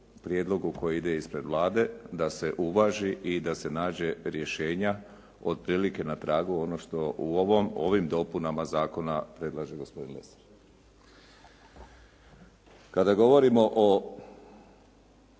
prijedlogu koji ide ispred Vlade, da se uvaži i da se nađe rješenja otprilike na tragu ono što u ovim dopunama zakona predlaže gospodin Lesar. Kada govorimo o